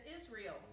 Israel